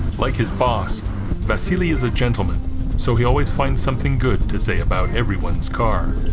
like his boss vasily is a gentleman so he always finds something good to say about everyone's car